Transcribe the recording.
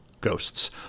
ghosts